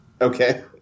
Okay